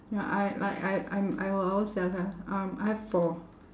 ya I like I I'm I will always tell her um I have four